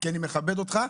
כי אני מכבד אותך,